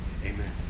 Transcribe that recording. Amen